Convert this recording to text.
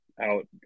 out